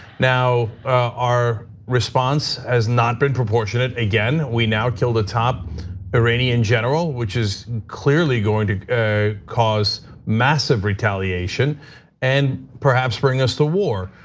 now, our response has not been proportionate. again, we now kill the top iranian general, which is clearly going to cause massive retaliation and perhaps bring us to war.